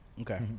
Okay